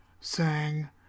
sang